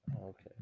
okay